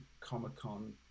Comic-Con